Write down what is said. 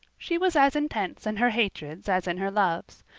she was as intense in her hatreds as in her loves.